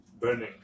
burning